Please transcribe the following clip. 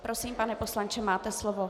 Prosím, pane poslanče, máte slovo.